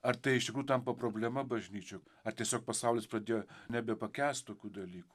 ar tai iš tikrųjų tampa problema bažnyčių ar tiesiog pasaulis pradėjo nebepakęst tokių dalykų